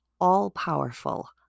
all-powerful